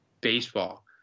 baseball